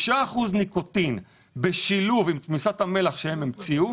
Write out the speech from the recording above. עם תמיסת המלח שהם המציאו.